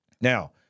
Now